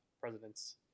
presidents